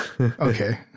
Okay